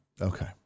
Okay